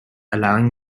allowing